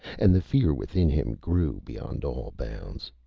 and the fear within him grew beyond all bounds.